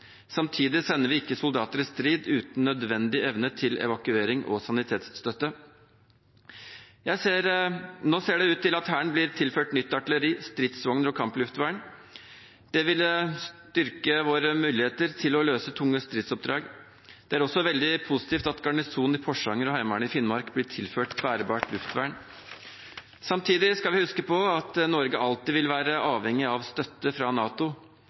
Samtidig sender vi ikke soldater i strid uten nødvendig evne til evakuering og sanitetsstøtte. Nå ser det ut til at Hæren blir tilført nytt artilleri, stridsvogner og kampluftvern. Det vil styrke våre muligheter til å løse tunge stridsoppdrag. Det er også veldig positivt at garnisonen i Porsanger og Heimevernet i Finnmark blir tilført bærbart luftvern. Samtidig skal vi huske på at Norge alltid vil være avhengig av støtte fra NATO.